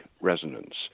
resonance